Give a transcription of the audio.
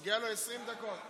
מגיעות לו 20 דקות.